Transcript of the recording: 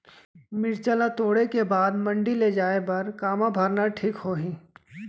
मिरचा ला तोड़े के बाद मंडी ले जाए बर का मा भरना ठीक होही?